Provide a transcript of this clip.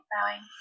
Bowing